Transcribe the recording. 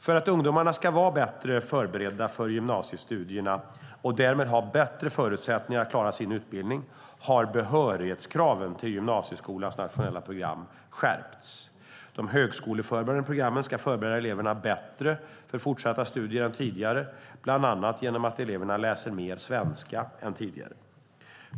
För att ungdomarna ska vara bättre förberedda för gymnasiestudierna och därmed ha bättre förutsättningar att klara sin utbildning har behörighetskraven till gymnasieskolans nationella program skärpts. De högskoleförberedande programmen ska förbereda eleverna bättre för fortsatta studier än tidigare, bland annat genom att eleverna läser mer svenska än tidigare.